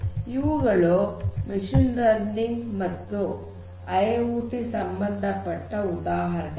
ಇವುಗಳು machine learning ಮತ್ತು IIoT ಗೆ ಸಂಬಂಧಪಟ್ಟ ಉದಾಹರಣೆಗಳು